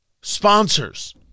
sponsors